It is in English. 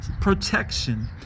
protection